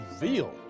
reveal